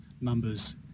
numbers